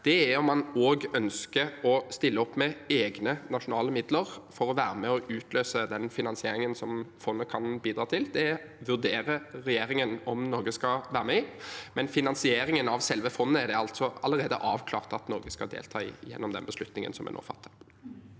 – er om man også ønsker å stille opp med egne nasjonale midler for å være med og utløse den finansieringen som fondet kan bidra til. Regjeringen vurderer om Norge skal være med i det, men finansieringen av selve fondet er det altså allerede avklart at Norge skal delta i, gjennom den beslutningen vi nå fatter.